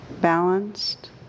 balanced